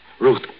Ruth